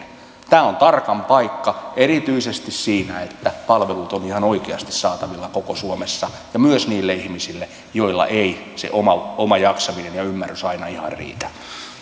tämä on tarkka paikka erityisesti siinä että palvelut ovat ihan oikeasti saatavilla koko suomessa ja myös niille ihmisille joilla ei se oma oma jaksaminen ja ymmärrys aina ihan riitä